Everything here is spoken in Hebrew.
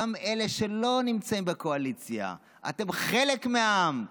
גם אלה שלא נמצאים בקואליציה, אתם חלק מהעם.